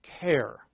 care